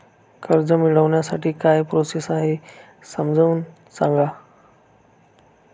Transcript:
कर्ज मिळविण्यासाठी काय प्रोसेस आहे समजावून सांगा